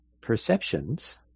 perceptions